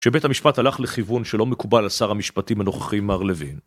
שבית המשפט הלך לכיוון שלא מקובל על שר המשפטים הנוכחים מר לוין.